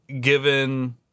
given